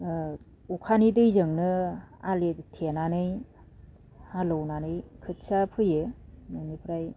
ओ अखानि दैजोंनो आलि थेनानै हालएवनानै खोथिया फोयो बेनिफ्राय